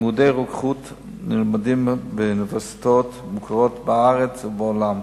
לימודי רוקחות נלמדים באוניברסיטאות בארץ ובעולם.